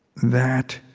that,